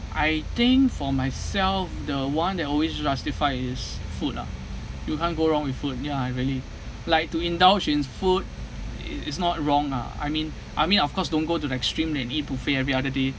I think for myself the one that always justify is food lah you can't go wrong with food ya I really like to indulge in food i~ it's not wrong ah I mean I mean of course don't go to the extreme and eat buffet every other day